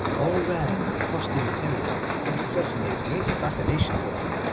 all rare and costly materials had certainly a great fascination for him,